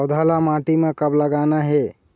पौधा ला माटी म कब लगाना हे?